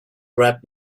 rap